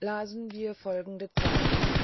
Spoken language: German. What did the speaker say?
lasen wir folgende zeilen